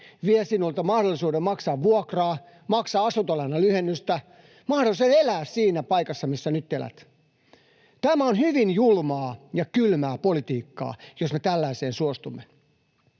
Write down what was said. vie sinulta mahdollisuuden maksaa vuokraa, maksaa asuntolainan lyhennystä, mahdollisuuden elää siinä paikassa, missä nyt elät? Tämä on hyvin julmaa ja kylmää politiikkaa, jos me tällaiseen suostumme.